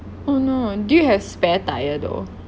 oh no do you have spare tyre though